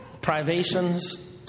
privations